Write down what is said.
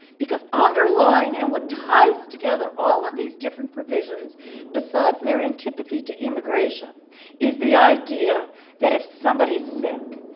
because underlying and what ties together all of these different provisions besides their antipathy to immigration is the idea that if somebody's sick,